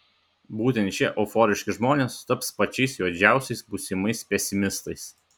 būtent šie euforiški žmonės taps pačiais juodžiausiais būsimais pesimistais